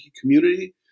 community